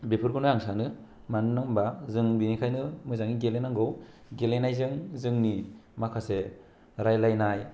बेफोरखौनो आं सानो मानोना होनबा जों बिनिखायनो मोजाङै गेले नांगौ गेलेनायजों जोंनि माखासे रायलायनाय